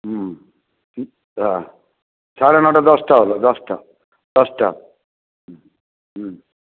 হুম হ্যাঁ সাড়ে নটা দশটা হবে দশটা দশটা হুম হুম